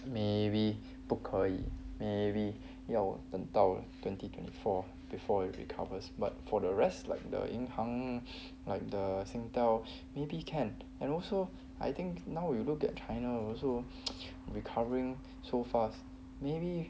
maybe 不可以 maybe 要等到 twenty twenty four before it recovers but for the rest like the 银行 like the Singtel maybe can and also I think now you look at china also recovering so fast maybe